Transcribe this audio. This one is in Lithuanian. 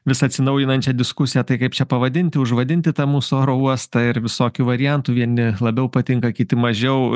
vis atsinaujinančią diskusiją tai kaip pavadinti užvadinti tą mūsų oro uostą ir visokių variantų vieni labiau patinka kiti mažiau